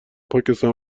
پاکستان